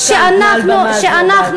מעל במה זו בעבר.